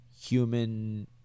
human